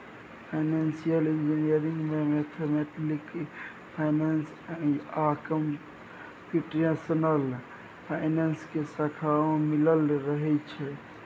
financial engineering में mathematical finance आ computational finance के शाखाओं मिलल रहइ छइ